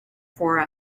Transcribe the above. for